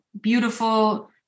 beautiful